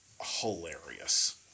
hilarious